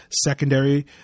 secondary